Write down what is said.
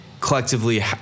collectively